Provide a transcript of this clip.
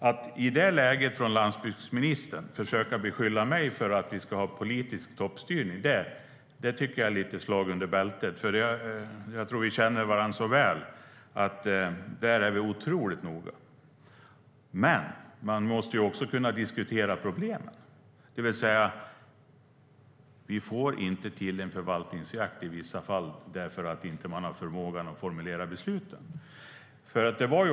Att landsbygdsministern i det läget försöker beskylla mig för att ha politisk toppstyrning tycker jag är lite av ett slag under bältet. Jag tror att vi känner varandra så väl att vi vet att vi är otroligt noga med detta. Men man måste också kunna diskutera problemen: Vi får inte till en förvaltningsjakt i vissa fall därför att man inte har förmågan att formulera besluten.